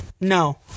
No